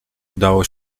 udało